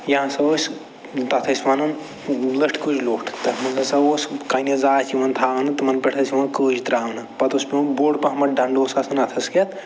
یہِ ہسا ٲسۍ تتھ ٲسۍ وَنان لٔٹھ کٕے لوٚٹھ تتھ منٛز ہَسا اوس کَنہِ زٕ آسہٕ یِوان تھاونہٕ تِمَن پٮ۪ٹھ ٲسۍ یِوان کٔج ترٛاونہٕ پتہٕ اوس پٮ۪وان بوٚڈ پہمتھ ڈنٛڈٕ اوس آسان اَتھس کٮ۪تھ